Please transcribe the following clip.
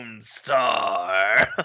Star